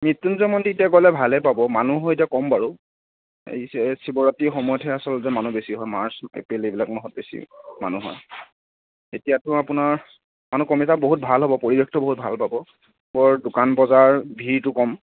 মৃত্যুঞ্জয় মন্দিৰ এতিয়া গ'লে ভালেই পাব মানুহো এতিয়া কম বাৰু শিৱৰাত্ৰিৰ সময়তহে আচলতে মানুহ বেছি হয় মাৰ্চ এপ্ৰিল এইবিলাক মাহত বেছি মানুহ হয় এতিয়াতো আপোনাৰ মানুহ কমিছে আৰু বহুত ভাল হ'ব পৰিৱেশটো বহুত ভাল পাব বৰ দোকান বজাৰ ভীৰটো কম